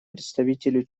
представителю